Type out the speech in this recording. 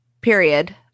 Period